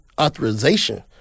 authorization